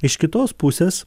iš kitos pusės